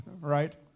right